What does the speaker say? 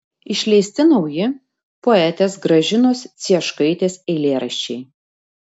išleisti nauji poetės gražinos cieškaitės eilėraščiai